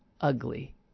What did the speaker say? ugly